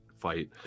fight